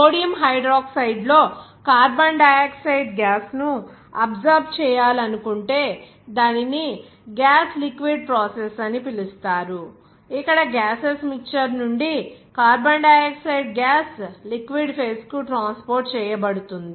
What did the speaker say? sodium హైడ్రాక్సైడ్లో carbon dioxide gas ను absorb చేయాలనుకుంటే దానిని గ్యాస్ లిక్విడ్ ప్రాసెస్ అని పిలుస్తారు ఇక్కడ గ్యాసెస్ మిక్చర్ నుండి carbon dioxide gas liquid phases కు ట్రాన్స్పోర్ట్ చేయబడుతుంది